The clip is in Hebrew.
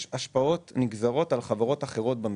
יש השפעות נגזרות על חברות אחרות במשק.